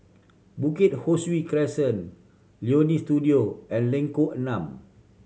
Bukit Ho Swee Crescent Leonie Studio and Lengkok Enam